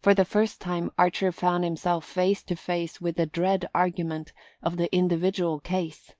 for the first time archer found himself face to face with the dread argument of the individual case.